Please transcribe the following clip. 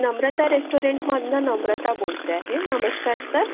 नम्रता रेस्टॉरंटमधून नम्रता बोलते आहे नमस्कार सर